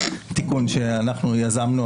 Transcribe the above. תיקון שאנחנו יזמנו,